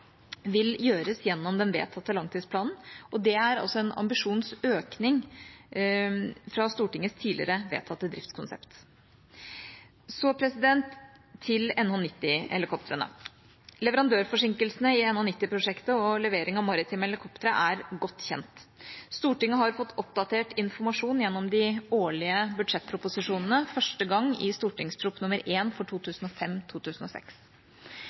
vil gjøres gjennom den vedtatte langtidsplanen. Det er altså en ambisjonsøking fra Stortingets tidligere vedtatte driftskonsept. Så til NH90-helikoptrene. Leverandørforsinkelsene i NH90-prosjektet og levering av maritime helikoptre er godt kjent. Stortinget har fått oppdatert informasjon gjennom de årlige budsjettproposisjonene, første gang i St.prp. nr. 1 for